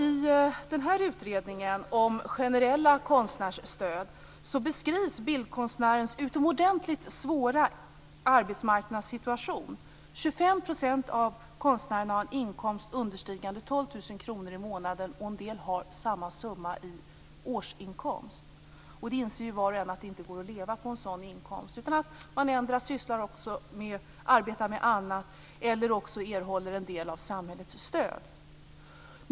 I utredningen om generella konstnärsstöd beskrivs bildkonstnärens utomordentligt svåra arbetsmarknadssituation. 25 % av konstnärerna har en inkomst som understiger 12 000 kr i månaden. En del har den summan i årsinkomst. Var och en inser ju att det inte går att leva på en sådan inkomst. Endera arbetar man även med annat, eller erhåller samhällets stöd.